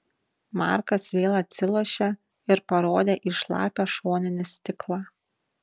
markas vėl atsilošė ir parodė į šlapią šoninį stiklą